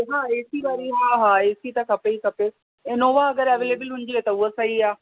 हा A C वारी हा हा ए सी त खपे ई खपे इनोवा अगरि अवेलेबल हुजे त उहा सही आहे